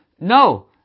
no